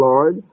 Lord